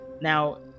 Now